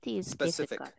Specific